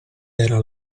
era